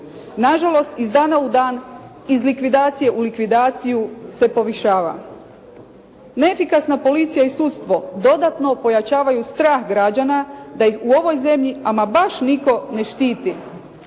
na žalost iz dana u dan iz likvidacije u likvidaciju se povišava. Neefikasna policija i sudstvo dodatno pojačavaju strah građana da ih u ovoj zemlji ama baš nitko ne štiti,